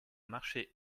marché